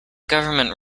government